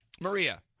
Maria